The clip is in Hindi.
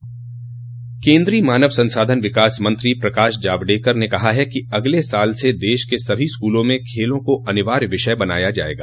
केन्द्रीय मानव संसाधन विकास मंत्री प्रकाश जावडेकर ने कहा है कि अगले साल से देश के सभी स्कूलों में खेलों को अनिवार्य विषय बनाया जायेगा